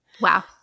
Wow